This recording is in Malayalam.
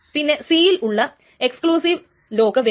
പിന്നെ C യിലുള്ള എക്സ്ക്ളൂസിവ് ലോക്ക് വേണം